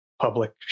public